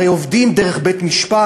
הרי עובדים דרך בית-משפט,